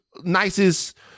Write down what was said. nicest